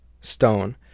stone